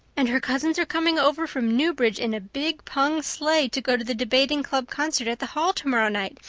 and her cousins are coming over from newbridge in a big pung sleigh to go to the debating club concert at the hall tomorrow night.